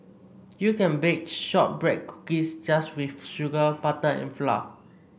you can bake shortbread cookies just with sugar butter and flour